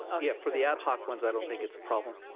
ah yeah, for the ad hoc ones i don't think it's a problem.